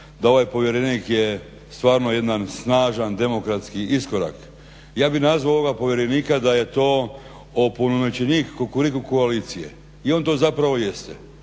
da ovaj povjerenik je stvarno jedan snažan demokratski iskorak. Ja bih nazvao ovog povjerenika da je to opunomoćenik Kukuriku koalicije i on to zapravo jeste.